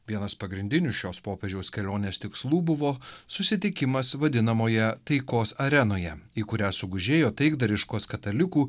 vienas pagrindinių šios popiežiaus kelionės tikslų buvo susitikimas vadinamoje taikos arenoje į kurią sugužėjo taikdariškos katalikų